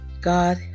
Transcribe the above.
God